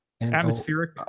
Atmospheric